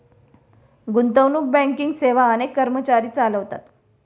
गुंतवणूक बँकिंग सेवा अनेक कर्मचारी चालवतात